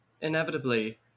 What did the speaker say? inevitably